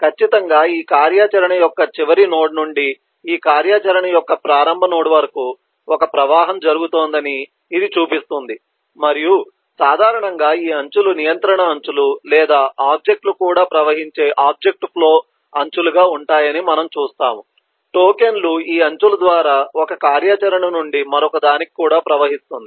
ఖచ్చితంగా ఈ కార్యాచరణ యొక్క చివరి నోడ్ నుండి ఈ కార్యాచరణ యొక్క ప్రారంభ నోడ్ వరకు ఒక ప్రవాహం జరుగుతోందని ఇది చూపిస్తుంది మరియు సాధారణంగా ఈ అంచులు నియంత్రణ అంచులు లేదా ఆబ్జెక్ట్ లు కూడా ప్రవహించే ఆబ్జెక్ట్ ఫ్లో అంచులుగా ఉంటాయని మనము చూస్తాము టోకెన్లు ఈ అంచుల ద్వారా ఒక కార్యాచరణ నుండి మరొకదానికి కూడా ప్రవహిస్తుంది